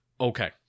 Okay